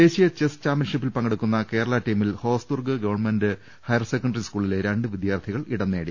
ദേശീയ ചെസ് ചാംപ്യൻഷിപ്പിൽ പങ്കെടുക്കുന്ന കേരള ടീമിൽ ഹോസ്ദുർഗ് ഗവൺമെന്റ് ഹയർസെക്കൻഡറി സ്കൂളിലെ രണ്ട് വിദ്യാർഥികൾ ഇടം നേടി